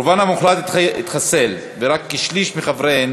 רובן המוחלט התחסל ורק כשליש מחבריהן